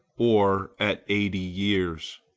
or at eighty years.